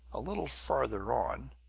a little farther on,